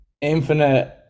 infinite